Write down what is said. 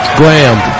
graham